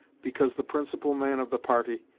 because the principal man of the party,